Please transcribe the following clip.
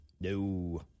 No